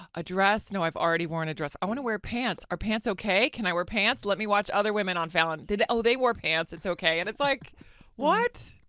ah a dress, no i've already worn a dress. i want to wear pants, are pants okay? can i wear pants? let me watch other women on fallon. oh they wore pants, it's okay, and it's like what?